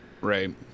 Right